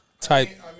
Type